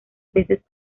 veces